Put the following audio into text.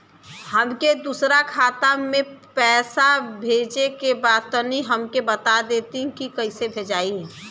हमके दूसरा खाता में पैसा भेजे के बा तनि हमके बता देती की कइसे भेजाई?